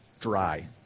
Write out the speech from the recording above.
Dry